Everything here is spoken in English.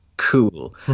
cool